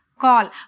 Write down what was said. call